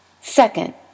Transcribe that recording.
Second